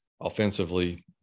offensively